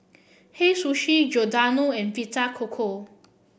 Hei Sushi Giordano and Vita Coco